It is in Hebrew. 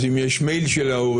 אז אם יש מייל להורים,